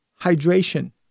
hydration